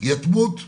יתמות אזרחית,